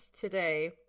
today